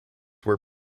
were